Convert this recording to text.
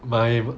my